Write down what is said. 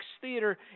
Theater